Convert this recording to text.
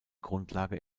grundlage